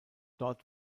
dort